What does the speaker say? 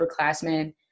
upperclassmen